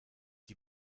die